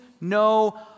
no